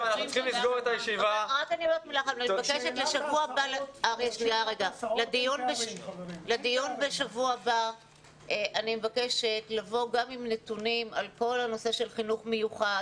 אני מבקשת לדיון בשבוע הבא לבוא עם נתונים על כל הנושא של חינוך מיוחד.